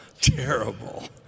terrible